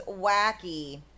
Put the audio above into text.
wacky